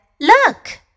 Look